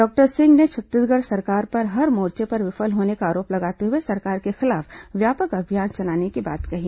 doctor Singh ने छत्तीसगढ़ सरकार पर हर मोर्चे पर विफल होने का आरोप लगाते हुए सरकार के खिलाफ व्यापक अभियान चलाने की बात कही